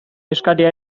eskaria